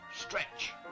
stretch